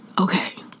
Okay